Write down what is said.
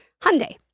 Hyundai